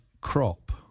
crop